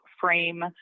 frame